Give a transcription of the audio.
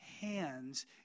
hands